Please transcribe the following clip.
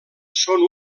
són